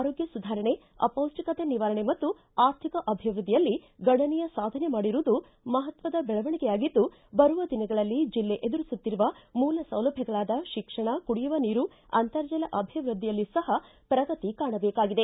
ಆರೋಗ್ಯ ಸುಧಾರಣೆ ಅಪೌಷ್ಟಿಕತೆ ನಿವಾರಣೆ ಮತ್ತು ಆರ್ಥಿಕ ಅಭಿವೃದ್ಧಿಯಲ್ಲಿ ಗಣನೀಯ ಸಾಧನೆ ಮಾಡಿರುವುದು ಮಹತ್ವದ ಬೆಳವಣಿಗೆಯಾಗಿದ್ದು ಬರುವ ದಿನಗಳಲ್ಲಿ ಜಿಲ್ಲೆ ಎದುರಿಸುತ್ತಿರುವ ಮೂಲ ಸೌಲಭ್ಯಗಳಾದ ಶಿಕ್ಷಣ ಕುಡಿಯುವ ನೀರು ಅಂತರ್ಜಲ ಅಭಿವೃದ್ಧಿಯಲ್ಲಿ ಸಹ ಪ್ರಗತಿ ಕಾಣಬೇಕಾಗಿದೆ